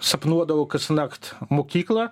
sapnuodavau kasnakt mokyklą